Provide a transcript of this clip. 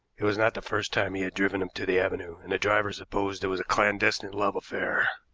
it was not the first time he had driven him to the avenue, and the driver supposed it was a clandestine love affair.